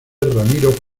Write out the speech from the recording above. ramiro